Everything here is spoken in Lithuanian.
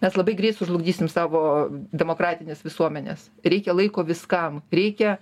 mes labai greit sužlugdysim savo demokratines visuomenes reikia laiko viskam reikia